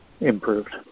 improved